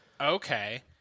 Okay